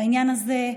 בעניין הזה,